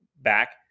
back